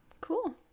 Cool